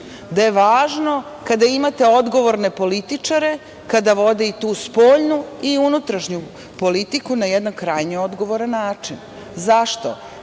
da je važno kada imate odgovorne političare kada vode i tu spoljnu i unutrašnju politiku na jedan krajnje odgovoran način. Zašto?